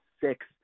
six